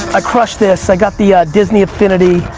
i crushed this, i got the disney affinity